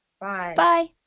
Bye